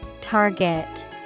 Target